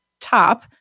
top